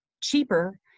cheaper